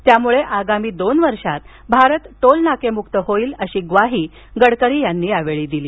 यामुळे आगामी दोन वर्षात भारत टोल नाकेमुक्त होईल अशी ग्वाही गडकरी यांनी यावेळी दिली